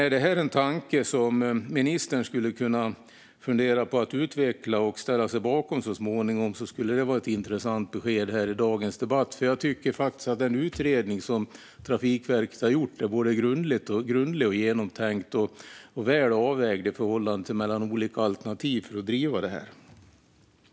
Är detta en tanke som ministern kan tänka sig utveckla och ställa sig bakom så småningom? Det vore i så fall ett intressant besked i dagens debatt. Jag tycker att den utredning som Trafikverket har gjort är både grundlig och genomtänkt. De olika alternativen att driva detta är väl avvägda.